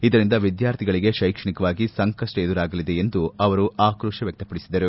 ಇದರಿಂದ ವಿದ್ಯಾರ್ಥಿಗಳಿಗೆ ಶೈಕ್ಷಣಿಕವಾಗಿ ಸಂಕಪ್ಪ ಎದುರಾಗಲಿದೆ ಎಂದು ಅವರು ಆಕ್ರೋಶ ವ್ಯಕ್ತಪಡಿಸಿದರು